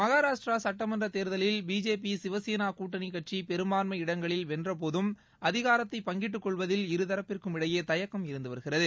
மகாராஷட்ரா சட்டமன்ற தேர்த்லில் பிஜேபி சிவசேனா கூட்டணி கட்சி பெரும்பான்மை இடங்களில் வென்றபோதும் அதிகாரத்தை பங்கிட்டு கொள்வதில் இருதரப்பிற்கும் இடையே தயக்கம் இருந்து வருகிறது